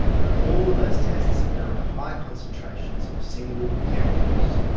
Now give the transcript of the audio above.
but all of those tests are done on high concentrations of single chemicals.